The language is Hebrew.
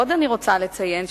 עוד אני רוצה לציין,